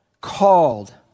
called